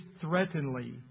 threateningly